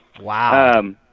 Wow